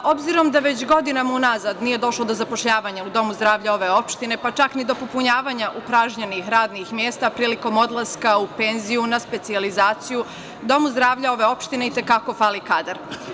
Obzirom da već godinama unazad nije došlo do zapošljavanja u domu zdravlja ove opštine, pa čak ni do popunjavanja upražnjenih radnih mesta prilikom odlaska u penziju, na specijalizaciju domu zdravlja ove opštine i te kako fali kadar.